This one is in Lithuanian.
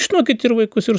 žinokiti ir vaikus ir